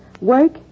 work